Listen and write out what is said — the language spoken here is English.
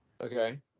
Okay